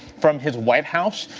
from his white house,